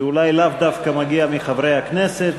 שאולי לאו דווקא מגיע מחברי הכנסת.